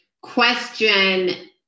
question